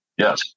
Yes